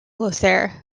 lothair